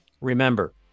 Remember